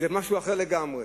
זה משהו אחר לגמרי.